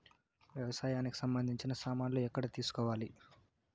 వ్యవసాయానికి సంబంధించిన సామాన్లు ఎక్కడ తీసుకోవాలి?